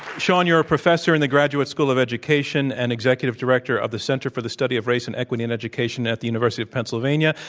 shaun, you're a professor in the graduate school of education and executive director of the center for the study of race and equity in education at the university of pennsylvania.